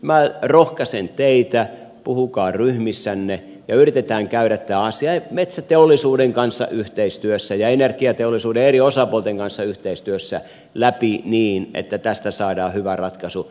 minä rohkaisen teitä puhukaa ryhmissänne ja yritetään käydä tämä asia metsäteollisuuden kanssa ja energiateollisuuden eri osapuolten kanssa yhteistyössä läpi niin että tästä saadaan hyvä ratkaisu